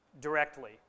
directly